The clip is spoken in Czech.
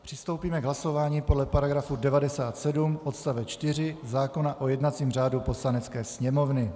Přistoupíme k hlasování podle § 97 odst. 4 zákona o jednacím řádu Poslanecké sněmovny.